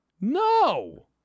No